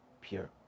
pure